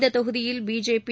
இந்தத் தொகுதியில் பிஜேபி